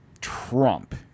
trump